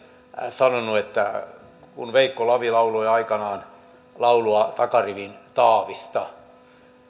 sanonut kun veikko lavi lauloi aikanaan laulua takarivin taavista